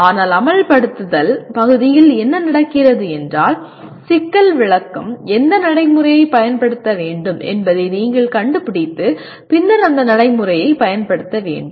ஆனால் அமல்படுத்துதல் பகுதியில் என்ன நடக்கிறது என்றால் சிக்கல் விளக்கம் எந்த நடைமுறையைப் பயன்படுத்த வேண்டும் என்பதை நீங்கள் கண்டு பிடித்து பின்னர் அந்த நடைமுறையைப் பயன்படுத்த வேண்டும்